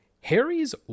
Harry's